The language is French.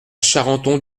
charenton